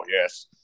yes